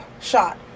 shot